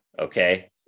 Okay